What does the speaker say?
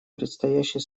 предстоящей